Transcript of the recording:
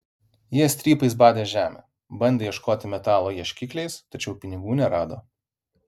jie strypais badė žemę bandė ieškoti metalo ieškikliais tačiau pinigų nerado